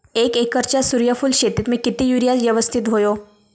एक एकरच्या सूर्यफुल शेतीत मी किती युरिया यवस्तित व्हयो?